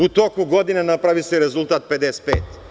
U toku godine napravi se rezultat 55.